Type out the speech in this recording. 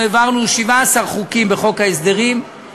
העברנו 17 חוקים בחוק ההסדרים,